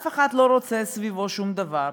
הרי אף אחד לא רוצה סביבו שום דבר.